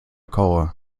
cola